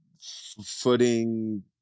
footing